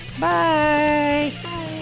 Bye